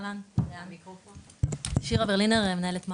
אהלן, שירה ברלינר, מנהלת מה"ט.